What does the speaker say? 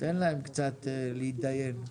תן להם קצת להתדיין.